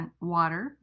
water